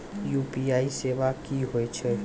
UPI सेवा की होय छै?